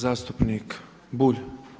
Zastupnik Bulj.